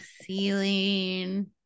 ceiling